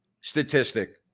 statistic